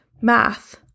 math